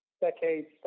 decades